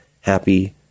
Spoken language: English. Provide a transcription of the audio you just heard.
happy